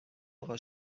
آقا